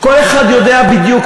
כל אחד יודע בדיוק,